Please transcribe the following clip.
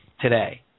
today